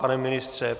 Pane ministře?